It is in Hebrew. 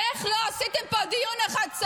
איך לא עשיתם פה דיון אחד?